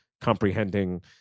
comprehending